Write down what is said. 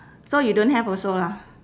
so you don't have also lah